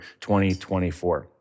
2024